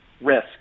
risk